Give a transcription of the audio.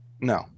no